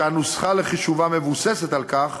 והנוסחה לחישובה מבוססת על כך